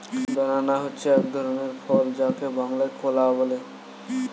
banana হচ্ছে এক ধরনের ফল যাকে বাংলায় কলা বলে